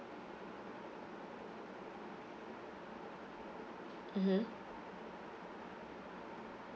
mmhmm